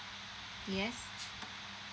yes